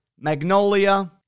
magnolia